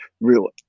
real